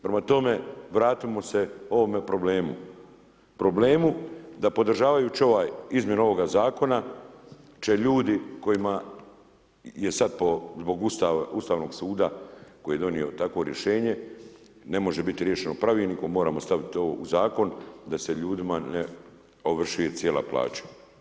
Prema tome, vratimo se ovome problemu, problemu da podžavajući izmjenu ovoga zakona će ljudi kojima je sada zbog Ustavnog suda koji je donio takvo rješenje ne može biti riješeno pravilnikom, moramo staviti ovo u zakon da se ljudima ne ovršuje cijela plaća.